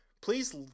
please